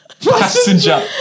Passenger